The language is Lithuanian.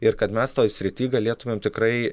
ir kad mes toj srityje galėtumėm tikrai